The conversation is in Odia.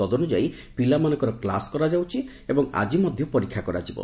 ତଦନୁଯାୟୀ ପିଲାମାନଙ୍କର କ୍କୁସ କରାଯାଉଛି ଏବଂ ଆଜି ମଧ୍ଧ ପରୀକ୍ଷା କରାଯିବ